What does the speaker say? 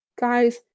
guys